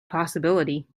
possibility